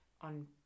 on